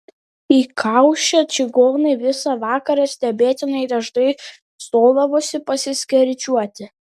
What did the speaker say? įkaušę čigonai visą vakarą stebėtinai dažnai stodavosi pasiskeryčioti